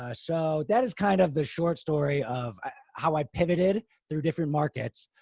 ah so that is kind of the short story of how i pivoted through different markets.